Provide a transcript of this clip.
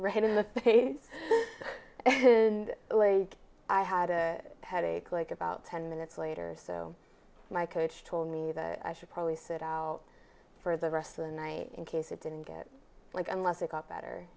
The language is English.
right in the woods and only i had a headache like about ten minutes later so my coach told me that i should probably sit out for the rest of the night in case it didn't get like unless it got better